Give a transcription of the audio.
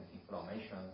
inflammation